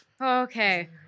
Okay